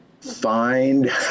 find